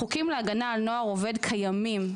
החוקים להגנה על נוער עובד קיימים,